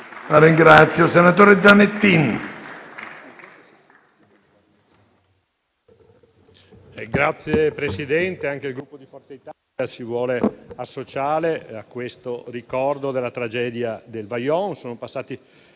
Signor Presidente, anche il Gruppo Forza Italia si vuole associare al ricordo della tragedia del Vajont. Sono passati